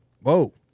whoa